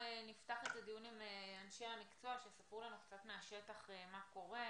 נפתח את הדיון עם אנשי המקצוע שיספרו לנו קצת מהשטח מה קורה.